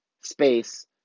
space